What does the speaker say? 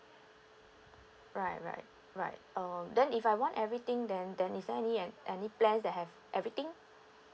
right right right um then if I want everything then then is there any an~ any plans that have everything